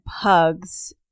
pugs